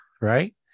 right